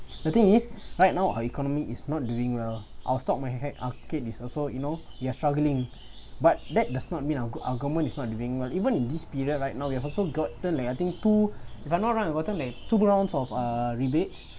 the thing is right now our economy is not doing well I'll is also you know you're struggling but that does not mean our our government is not doing well even in this period right now you also got I think two if I'm not wrong forgotten leh two rounds of uh rebate